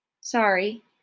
Sorry